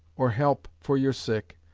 or help for your sick,